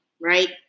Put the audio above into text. right